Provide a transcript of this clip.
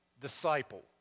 disciple